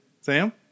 Sam